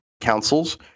councils